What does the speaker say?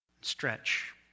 stretch